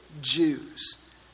Jews